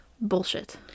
bullshit